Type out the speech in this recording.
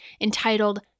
entitled